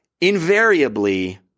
invariably